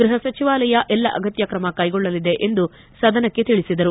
ಗೃಹ ಸಚಿವಾಲಯ ಎಲ್ಲ ಅಗತ್ಯ ಕ್ರಮ ಕೈಗೊಳ್ಳಲಿದೆ ಎಂದು ಸದನಕ್ಕೆ ತಿಳಿಸಿದರು